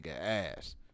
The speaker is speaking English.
ass